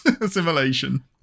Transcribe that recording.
assimilation